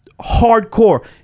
hardcore